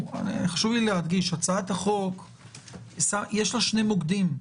חשוב לי להדגיש שלהצעת החוק יש שני מוקדים.